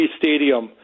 stadium